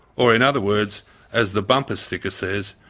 or in other words as the bumper sticker says,